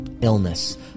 illness